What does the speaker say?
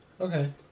Okay